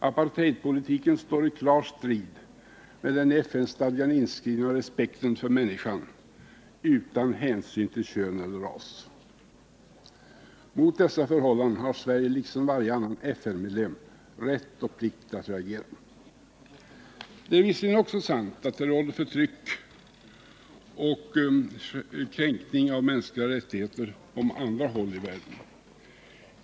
Apartheidpolitiken står i klar strid med den i FN-stadgan inskrivna respekten för människan utan hänsyn till kön eller ras. Dessa förhållanden har Sverige liksom varje annan FN-medlem rätt och plikt att reagera mot. Det är visserligen också sant att det råder förtryck och att kränkningar av de mänskliga rättigheterna förekommer på andra håll i världen.